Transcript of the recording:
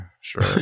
Sure